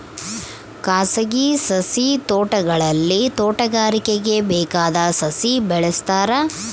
ಖಾಸಗಿ ಸಸಿ ತೋಟಗಳಲ್ಲಿ ತೋಟಗಾರಿಕೆಗೆ ಬೇಕಾದ ಸಸಿ ಬೆಳೆಸ್ತಾರ